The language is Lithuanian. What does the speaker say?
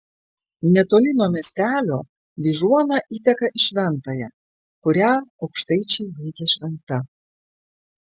netoli nuo miestelio vyžuona įteka į šventąją kurią aukštaičiai laikė šventa